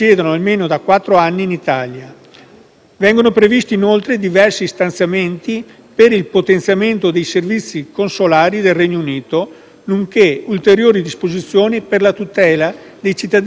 Vengono previsti, inoltre, diversi stanziamenti per il potenziamento dei servizi consolari nel Regno Unito, nonché ulteriori disposizioni per la tutela dei cittadini italiani ivi residenti.